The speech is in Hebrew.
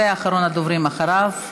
ואחרון הדוברים אחריו,